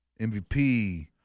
MVP